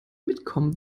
mitkommen